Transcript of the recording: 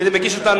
שאני מגיש אותה,